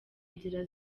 nzira